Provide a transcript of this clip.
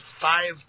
five